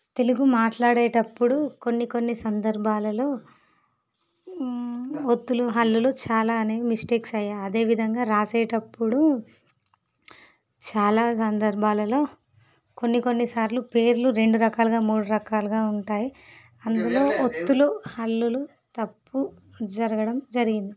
తెలుగు మాట్లాడేటప్పుడు కొన్ని కొన్ని సందర్భాలలో ఒత్తులు హల్లులు చాలానే మిస్టేక్స్ అయ్యా అదేవిధంగా రాసేటప్పుడు చాలా సందర్భాలలో కొన్ని కొన్ని సార్లు పేర్లు రెండు రకాలుగా మూడు రకాలుగా ఉంటాయి అందులో ఒత్తులు హల్లులు తప్పు జరగడం జరిగింది